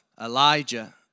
Elijah